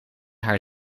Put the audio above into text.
haar